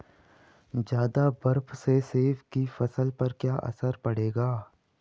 ज़्यादा बर्फ से सेब की फसल पर क्या असर पड़ेगा?